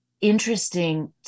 interesting